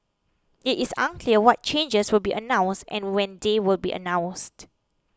it is unclear what changes will be announced and when they will be announced